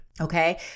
okay